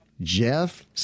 Jeff